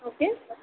okay